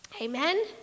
Amen